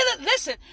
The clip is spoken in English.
Listen